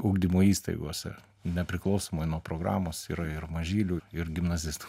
ugdymo įstaigose nepriklausomai nuo programos yra ir mažylių ir gimnazistų